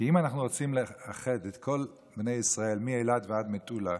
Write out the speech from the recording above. כי אם אנחנו רוצים לאחד את כל בני ישראל מאילת ועד מטולה,